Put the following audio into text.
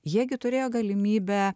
jie gi turėjo galimybę